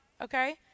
okay